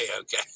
Okay